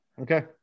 Okay